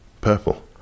purple